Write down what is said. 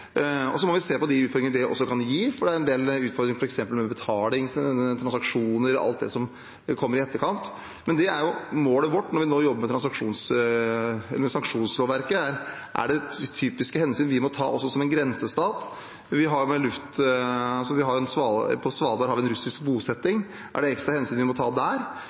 Vi må se på utfordringene det også kan gi, for det er en del utfordringer f.eks. i forbindelse med betaling, transaksjoner og alt det som kommer i etterkant. Målet vårt når vi nå jobber med sanksjonslovverket, er å se om det er typiske hensyn vi som grensestat må ta. På Svalbard har vi en russisk bosetting – er det ekstra hensyn vi må ta der? Norge har hatt en god nabo i øst, med de utfordringer og muligheter det gir, og vi må også ta